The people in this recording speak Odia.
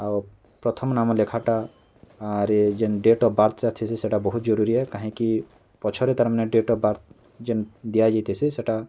ଆଉ ପ୍ରଥମ ନାମ ଲେଖାଟାରେ ଯେନ୍ ଡ଼େଟ୍ ଅଫ୍ ବାର୍ଥ୍ ଟା ଥିସି ସେଟା ବହୁତ୍ ଜରୁରୀ ଏ କାହିଁକି ପଛରେ ତା'ର୍ ମାନେ ଡ଼େଟ୍ ଅଫ୍ ବାର୍ଥ୍ ଯେନ୍ ଦିଆଯାଇଥିସି ସେଟା